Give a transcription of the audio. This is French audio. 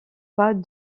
pas